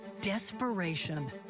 desperation